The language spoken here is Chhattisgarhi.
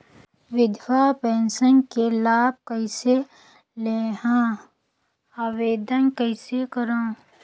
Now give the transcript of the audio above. विधवा पेंशन के लाभ कइसे लहां? आवेदन कइसे करव?